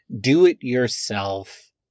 Do-It-Yourself